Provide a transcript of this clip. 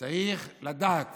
צריך לדעת